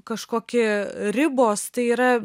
kažkoki ribos tai yra